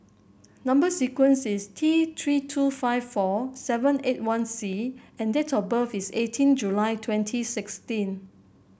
number sequence is T Three two five four seven eight one C and date of birth is eighteen July twenty sixteen